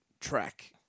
track